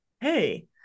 hey